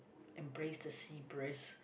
embrace the sea breeze